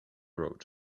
road